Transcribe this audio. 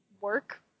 work